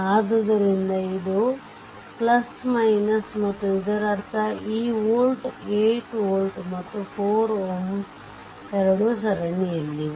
ಆದ್ದರಿಂದ ಇದು ಮತ್ತು ಇದರರ್ಥ ಈ ವೋಲ್ಟ್ 8 ವೋಲ್ಟ್ ಮತ್ತು ಈ 4 Ω ಈ ಎರಡು ಸರಣಿಯಲ್ಲಿವೆ